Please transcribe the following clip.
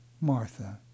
Martha